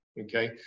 okay